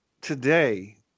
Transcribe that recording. today